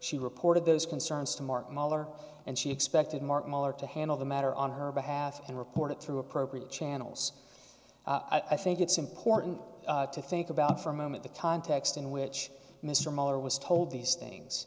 she reported those concerns to marc muller and she expected mark miller to handle the matter on her behalf and report it through appropriate channels i think it's important to think about for a moment the context in which mr moller was told these things